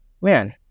man